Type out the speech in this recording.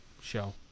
show